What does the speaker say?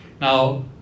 now